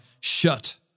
shut